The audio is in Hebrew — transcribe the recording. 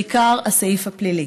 בעיקר הסעיף הפלילי.